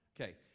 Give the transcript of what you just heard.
Okay